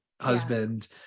husband